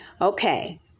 Okay